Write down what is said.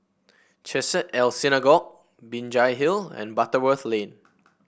Chesed El Synagogue Binjai Hill and Butterworth Lane